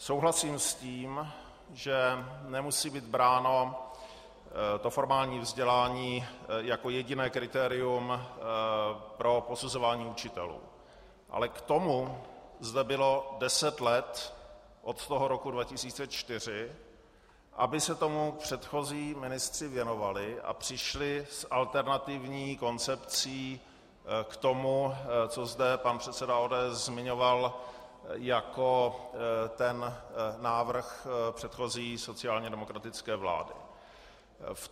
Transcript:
Souhlasím s tím, že nemusí být bráno formální vzdělání jako jediné kritérium pro posuzování učitelů, ale k tomu zde bylo deset let od toho roku 2004, aby se tomu předchozí ministři věnovali a přišli s alternativní koncepcí k tomu, co zde pan předseda ODS zmiňoval jako ten návrh předchozí sociálně demokratické vlády.